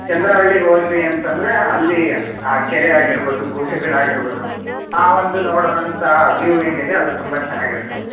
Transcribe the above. ಚಂದ್ರವಳ್ಳಿಗೆ ಹೋದಿರಿ ಅಂತಂದರೆ ಅಲ್ಲಿ ಆ ಕೆರೆ ಆಗಿರ್ಬೋದು ಗುಹೆಗಳಾಗಿರ್ಬೋದು ಆ ಒಂದು ನೋಡುವಂಥ ವ್ಯೂವ್ ಏನಿದೆ ಅದು ತುಂಬ ಚೆನ್ನಾಗಿರುತ್ತೆ ಮೇಡಮ್